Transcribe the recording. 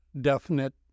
definite